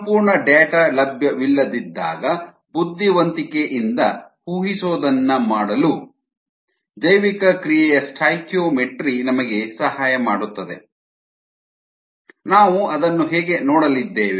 ಸಂಪೂರ್ಣ ಡೇಟಾ ಲಭ್ಯವಿಲ್ಲದಿದ್ದಾಗ ಬುದ್ದಿವಂತಿಕೆ ಇಂದ ಊಹಿಸೋದನ್ನ ಮಾಡಲು ಜೈವಿಕಕ್ರಿಯೆಯ ಸ್ಟಾಯ್ಕಿಯೋಮೆಟ್ರಿ ನಮಗೆ ಸಹಾಯ ಮಾಡುತ್ತದೆ ನಾವು ಅದನ್ನು ಹೀಗೆ ನೋಡಲಿದ್ದೇವೆ